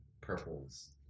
purples